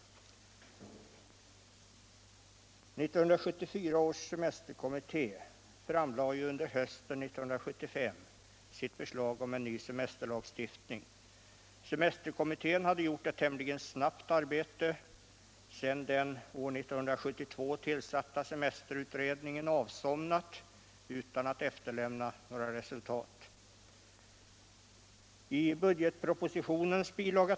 1974 års semesterkommitté framlade under hösten 1975 sitt förslag om en ny semesterlagstiftning. Semesterkommittén hade gjort ett tämligen snabbt arbete sedan den år 1972 tillsatta semesterutredningen avsomnat utan att efterlämna några resultat. I budgetpropositionen bil.